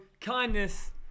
kindness